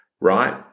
right